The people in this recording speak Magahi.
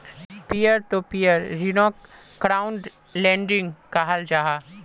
पियर तो पियर ऋन्नोक क्राउड लेंडिंग कहाल जाहा